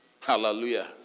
Hallelujah